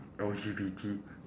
L_G_B_T